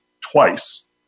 twice